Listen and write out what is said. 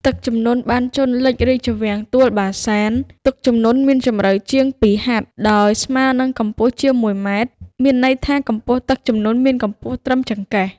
ទឹកជំនន់បានជនលិចរាជវាំងទួលបាសាន ទឹកជំនន់មានជម្រៅជាង២ហត្ថ ដោយស្មើនិងកម្ពស់ជាង ១ ម៉ែត្រ មានន័យថាកម្ពស់ទឹកជំនន់មានកម្ពស់ត្រឹមចង្កេះ ។